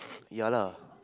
ya lah